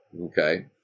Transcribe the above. Okay